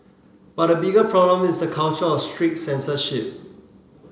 but the bigger problem is the culture of strict censorship